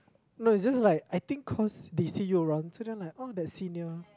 no it's just like I think cause they see you around so then like oh that senior